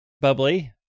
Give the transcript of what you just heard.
bubbly